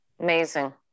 Amazing